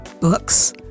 books